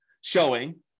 showing